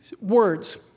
words